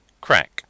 Crack